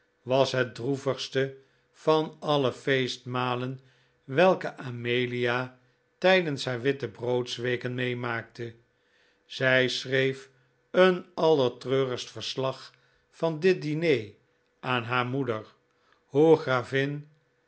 was het droevigste van alle feestmalen welke amelia tijdens haar wittebroodsweken meemaakte zij schreef een allertreurigst verslag van dit diner aan haar moeder hoe gravin